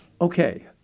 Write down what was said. Okay